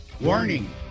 warning